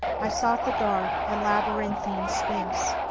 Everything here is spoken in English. i sought the dark and labyrinthine sphinx,